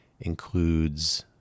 includes